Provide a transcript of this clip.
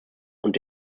und